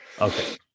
Okay